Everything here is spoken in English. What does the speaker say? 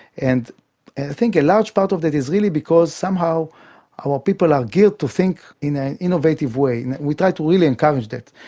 and i think a large part of it is really because somehow our people are geared to think in an innovative way and we try to really encourage that.